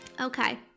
Okay